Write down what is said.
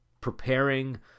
preparing